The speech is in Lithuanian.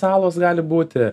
salos gali būti